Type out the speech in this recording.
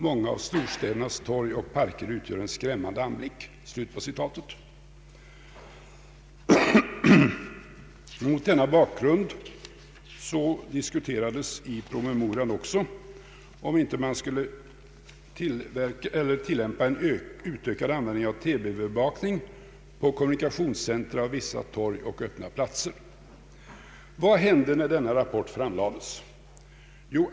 Många av storstädernas torg och parker utgör en skrämmande anblick.” Mot denna bakgrund diskuterades i promemorian också om man inte skulle tillämpa en utökad användning av TV övervakning vid kommunikationscentra, på vissa torg och öppna platser. Vad hände när denna rapport framlades?